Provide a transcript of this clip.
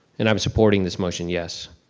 and i'm supporting this motion, yes.